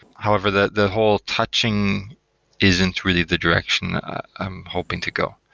however, the the whole touching isn't really the direction i'm hoping to go.